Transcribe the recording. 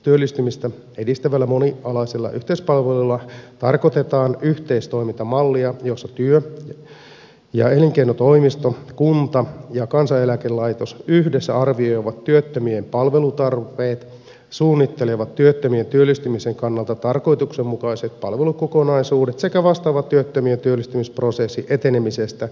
työllistymistä edistävällä monialaisella yhteispalvelulla tarkoitetaan yhteistoimintamallia jossa työ ja elinkeinotoimisto kunta ja kansaneläkelaitos yhdessä arvioivat työttömien palvelutarpeet suunnittelevat työttömien työllistymisen kannalta tarkoituksenmukaiset palvelukokonaisuudet sekä vastaavat työttömien työllistymisprosessin etenemisestä ja seurannasta